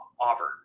Auburn